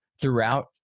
throughout